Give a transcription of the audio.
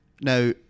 now